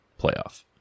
playoff